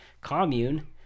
commune